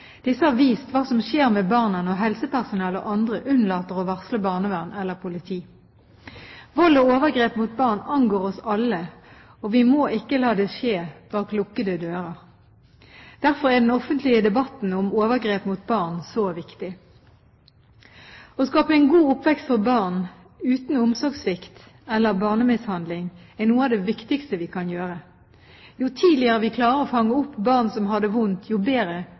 Disse har vist hva som skjer med barna når helsepersonell og andre unnlater å varsle barnevern eller politi. Vold og overgrep mot barn angår oss alle, og vi må ikke la det skje bak lukkede dører. Derfor er den offentlige debatten om overgrep mot barn så viktig. Å skape en god oppvekst for barn – uten omsorgssvikt eller barnemishandling – er noe av det viktigste vi kan gjøre. Jo tidligere vi klarer å fange opp barn som har det vondt, jo bedre